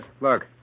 look